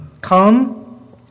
Come